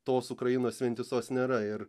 tos ukrainos vientisos nėra ir